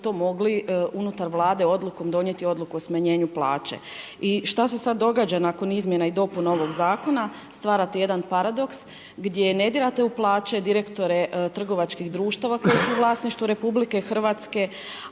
to mogli unutar Vlade odlukom donijeti odluku o smanjenju plaće. I šta se sad događa nakon izmjena i dopuna ovog zakona? Stvarate jedan paradoks gdje ne dirate u plaće direktora trgovačkih društava koji su u vlasništvu Republike Hrvatske,